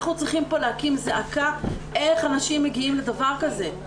אנחנו צריכים פה להקים זעקה איך אנשים מגיעים לדבר כזה.